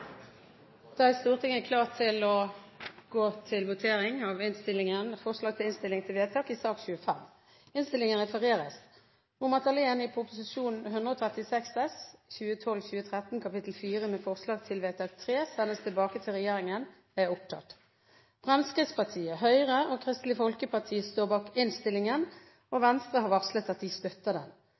Da er Stortinget klar til å gå til votering over innstillingens forslag til vedtak i sak nr. 25. Komiteen hadde innstilt: Fremskrittspartiet, Høyre og Kristelig Folkeparti står bak innstillingen, og Venstre har varslet at de støtter den.